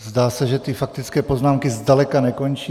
Zdá se, že ty faktické poznámky zdaleka nekončí.